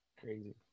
crazy